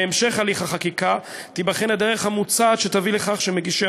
בהמשך הליך החקיקה תיבחן הדרך המוצעת שתביא לכך שמגישי